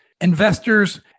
investors